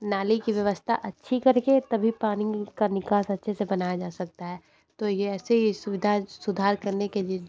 नाली की व्यवस्था अच्छी करके तभी पानी का निकास अच्छे से बनाया जा सकता है तो यह ऐसे ही सुविधा सुधार करने के लिए